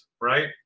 right